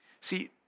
See